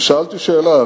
ושאלתי שאלה,